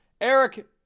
Eric